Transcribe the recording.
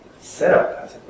setup